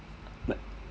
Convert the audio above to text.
like